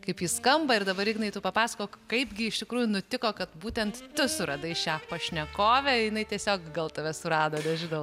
kaip jis skamba ir dabar ignai tu papasakok kaipgi iš tikrųjų nutiko kad būtent tu suradai šią pašnekovę jinai tiesiog gal tave surado nežinau